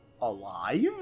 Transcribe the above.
Alive